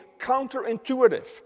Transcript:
counterintuitive